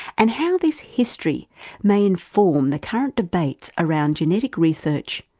and how this history may inform the current debates around genetic research,